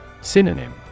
Synonym